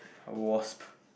was